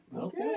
Okay